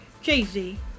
Jay-Z